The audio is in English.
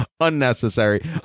Unnecessary